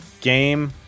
game